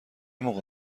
موقع